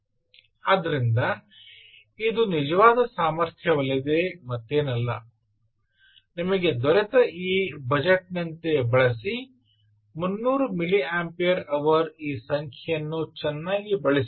ಆದ್ದರಿಂದ ಇದು ನಿಜವಾದ ಸಾಮರ್ಥ್ಯವಲ್ಲದೆ ಮತ್ತೇನಲ್ಲ ನಿಮಗೆ ದೊರೆತ ಈ ಬಜೆಟ್ನಂತೆ ಬಳಸಿ 300 ಮಿಲಿಯಂಪೇರ್ ಅವರ್ ಈ ಸಂಖ್ಯೆಯನ್ನು ಚೆನ್ನಾಗಿ ಬಳಸಿ